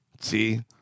See